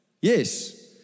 Yes